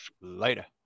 Later